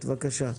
בבקשה.